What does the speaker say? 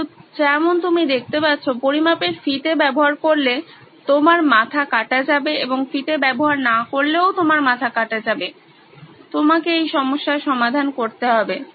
কিন্তু যেমন তুমি দেখতে পাচ্ছো পরিমাপের ফিতে ব্যবহার করলে তোমার মাথা কাটা যাবে এবং ফিতে ব্যবহার না করলেও তোমার মাথা কাটা যাবে তোমাকে এই সমস্যার সমাধান করতে হবে